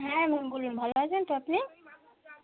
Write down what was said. হ্যাঁ বলুন বলুন ভালো আছেন তো আপনি